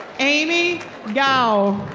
amy gao.